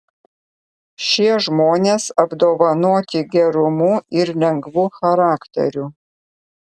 šie žmonės apdovanoti gerumu ir lengvu charakteriu